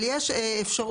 אבל יש אפשרות,